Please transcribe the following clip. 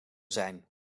zijn